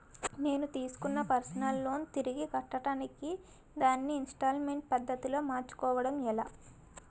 నేను తిస్కున్న personal loan తిరిగి కట్టడానికి దానిని ఇంస్తాల్మేంట్ పద్ధతి లో మార్చుకోవడం ఎలా?